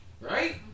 Right